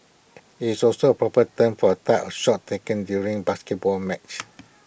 IT is also proper term for A type of shot taken during A basketball match